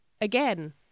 again